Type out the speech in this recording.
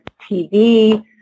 TV